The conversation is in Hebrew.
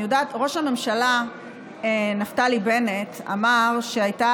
אני יודעת שראש הממשלה נפתלי בנט אמר שהייתה